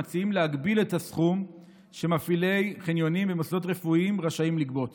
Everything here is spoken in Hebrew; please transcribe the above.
מציעים להגביל את הסכום שמפעילי חניונים במוסדות רפואיים רשאים לגבות